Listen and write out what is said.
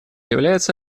является